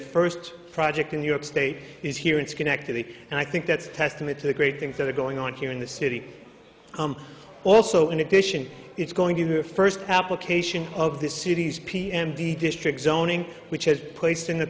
first project in new york state is here in schenectady and i think that's testament to the great things that are going on here in the city also in addition it's going to her first application of this city's p m t district zoning which has placed in